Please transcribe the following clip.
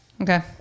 okay